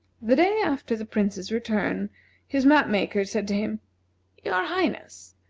the day after the prince's return his map-maker said to him your highness,